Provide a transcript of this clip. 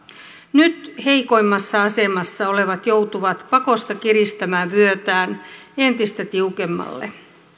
nyt heikoimmassa asemassa olevat joutuvat pakosta kiristämään vyötään entistä tiukemmalle